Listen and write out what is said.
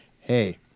hey